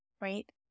right